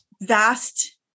vast